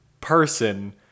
person